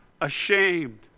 ashamed